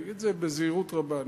אני אגיד את זה בזהירות רבה,